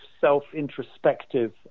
self-introspective